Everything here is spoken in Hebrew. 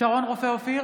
שרון רופא אופיר,